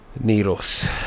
needles